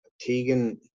Tegan